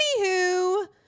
anywho